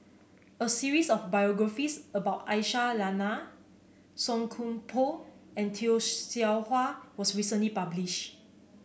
a series of biographies about Aisyah Lyana Song Koon Poh and Tay Seow Huah was recently published